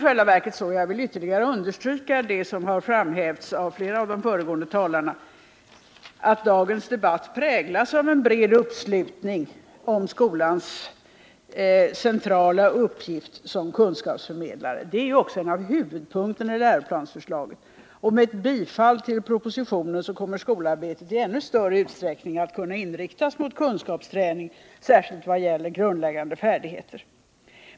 Jag vill understryka vad som har framhävts av flera av de föregående talarna, att dagens debatt präglas av en bred uppslutning om skolans centrala uppgift som kunskapsförmedlare. Det är också en av huvudpunkterna i läroplansförslaget. Ett bifall till propositionen kommer att medföra att skolarbetet i ännu större utsträckning kan inriktas mot kunskapsträning, särskilt vad gäller grundläggande färdigheter.